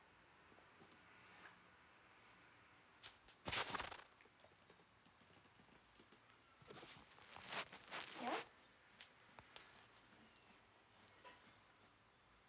ya